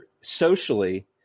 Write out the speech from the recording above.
socially